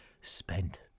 spent